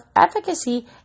efficacy